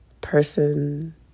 person